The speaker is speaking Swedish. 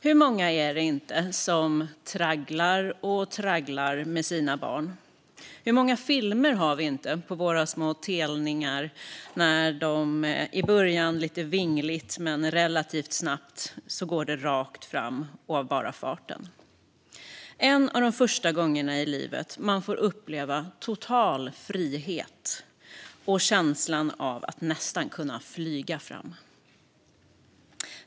Hur många är det inte som tragglar och tragglar med sina barn, och hur många filmer har vi inte med våra små telningar - i början går det lite vingligt, men relativt snabbt går det rakt fram av bara farten. Det är en av de första gångerna i livet man får uppleva total frihet och känslan av att nästan kunna flyga fram.